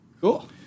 Cool